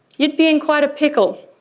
you'd be in quite a pickle.